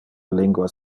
linguas